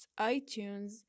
iTunes